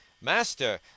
Master